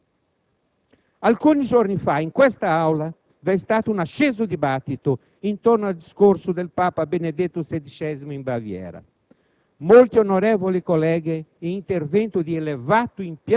Il numero impressionante di 750.000 palestinesi indica coloro che in qualche momento della loro vita sono già stati detenuti dalle forze militari o dalla polizia di Israele.